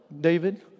David